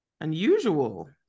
unusual